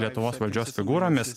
lietuvos valdžios figūromis